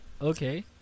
okay